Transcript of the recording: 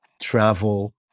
travel